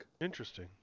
interesting